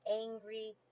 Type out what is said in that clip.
angry